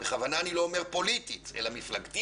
ובכוונה אני לא אומר פוליטית אלא מפלגתית